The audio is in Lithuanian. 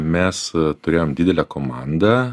mes turėjom didelę komandą